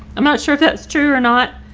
i'm not sure if that's true or not.